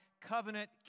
covenant